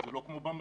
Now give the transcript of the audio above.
זה לא כמו במרכז.